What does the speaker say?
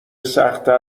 سختتر